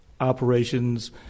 operations